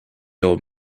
old